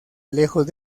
lejos